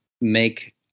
make